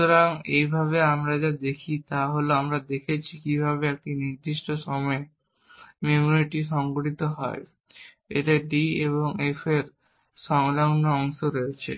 সুতরাং এইভাবে আমরা যা দেখি তা হল আমরা দেখেছি কিভাবে এই নির্দিষ্ট সময়ে মেমরিটি সংগঠিত হয় এতে d এবং f এর সংলগ্ন অংশ রয়েছে